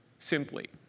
simply